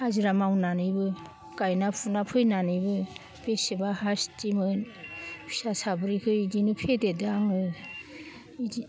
हाजिरा मावनानैबो गायना फुना फैनानैबो बेसेबा सास्थिमोन फिसा साब्रैखो इदिनो फेदेरदो आङो इदि